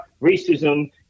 racism